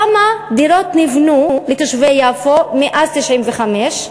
כמה דירות נבנו לתושבי יפו מאז 1995?